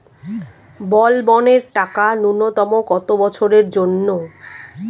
বলবনের টাকা ন্যূনতম কত বছরের জন্য?